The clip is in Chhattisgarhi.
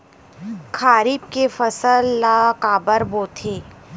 खरीफ के फसल ला काबर बोथे?